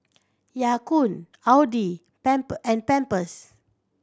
Ya Kun Audi and Pampers